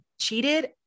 cheated